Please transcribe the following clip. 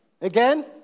Again